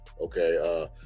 okay